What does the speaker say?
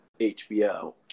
HBO